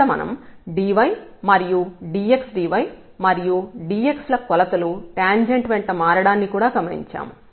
ఇక్కడ మనం dy మరియు dx dy మరియు dx ల కొలతలు టాంజెంట్ వెంట మారడాన్ని కూడా గమనించాము